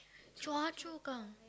Choa-Chu-Kang